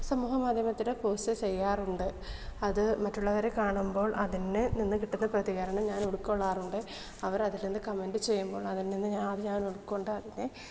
സമൂഹ മാധ്യമത്തിൽ പോസ്റ്റ് ചെയ്യാറുണ്ട് അത് മറ്റുള്ളവരെ കാണുമ്പോൾ അതിന്നെ നിന്ന് കിട്ടുന്ന പ്രതികരണം ഞാനുൾക്കൊള്ളാറുണ്ട് അവരതിൽ നിന്ന് കമൻ്റ് ചെയ്യുമ്പോൾ അതിൽ നിന്ന് അത് ഞാൻ ഉൾകൊണ്ടതിനെ